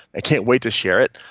i can't wait to share it.